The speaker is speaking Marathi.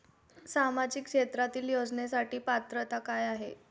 सामाजिक क्षेत्रांतील योजनेसाठी पात्रता काय आहे?